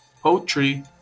poetry